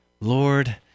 Lord